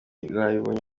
inararibonye